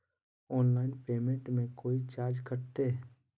Online पेमेंटबां मे कोइ चार्ज कटते?